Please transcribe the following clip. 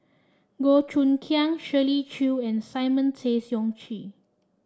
Goh Choon Kang Shirley Chew and Simon Tay Seong Chee